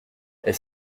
est